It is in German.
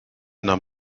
nahm